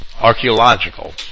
Archaeological